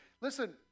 listen